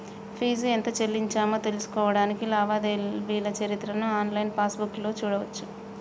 fee ఎంత చెల్లించామో తెలుసుకోడానికి లావాదేవీల చరిత్రను ఆన్లైన్ పాస్బుక్లో చూడచ్చు